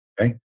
Okay